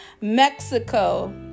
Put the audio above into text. Mexico